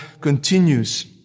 continues